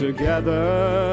Together